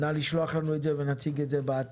נא לשלוח לנו את זה ונציג את זה באתר.